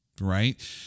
right